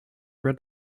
red